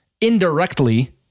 indirectly